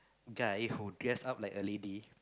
guy who dress up like a lady